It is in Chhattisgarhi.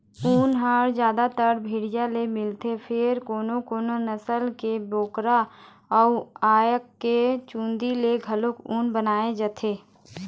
ऊन ह जादातर भेड़िया ले मिलथे फेर कोनो कोनो नसल के बोकरा अउ याक के चूंदी ले घलोक ऊन बनाए जाथे